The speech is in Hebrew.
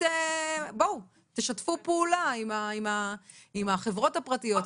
בואו ותשתפו פעולה עם החברות הפרטיות,